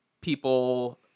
people